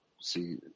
see